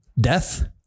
Death